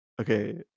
Okay